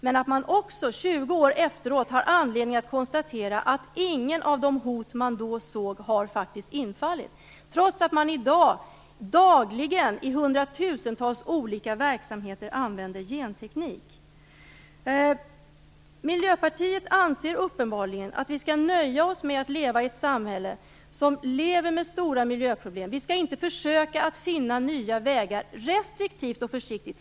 Samtidigt konstaterade de dock att man 20 år efteråt kan notera att inget av de hot man då såg faktiskt har infallit, trots att man i dag i hundratusentals olika verksamheter dagligen använder genteknik. Miljöpartiet anser uppenbarligen att vi skall nöja oss med att ha ett samhälle som lever med stora miljöproblem. Vi skall tydligen inte, restriktivt och försiktigt, försöka finna nya vägar.